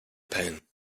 pain